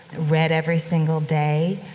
read every single day,